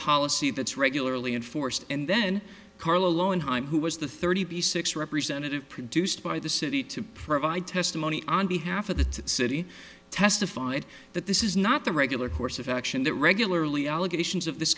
policy that's regularly enforced and then carlo in time who was the thirty six representative produced by the city to provide testimony on behalf of the city testified that this is not the regular course of action that regularly allegations of this